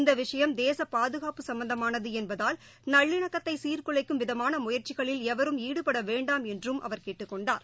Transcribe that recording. இந்தவிஷயம் தேசபாதுகாப்பு சம்பந்தமானதுஎன்பதால் நல்லிணக்கத்தைசீர்குலைக்கும் விதமானமுயற்சிகளில் எவரும் ஈடுபடவேண்டாம் என்றும் அவர் கேட்டுக் கொண்டார்